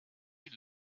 you